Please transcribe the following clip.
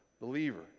believer